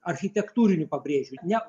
architektūrinių pabrėžiu ne